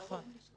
נכון.